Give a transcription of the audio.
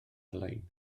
lein